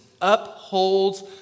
upholds